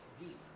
deep